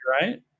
right